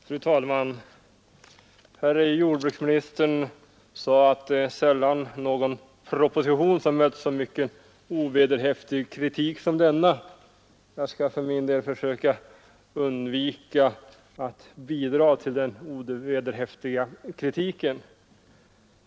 Fru talman! Jordbruksministern sade att en proposition sällan mött så mycken ovederhäftig kritik som denna. Jag skall för min del försöka undvika att bidra till den ovederhäftiga kritiken.